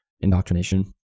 indoctrination